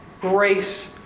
grace